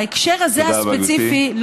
בהקשר הספציפי הזה,